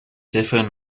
different